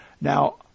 Now